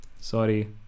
Sorry